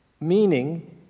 meaning